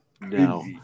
no